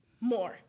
more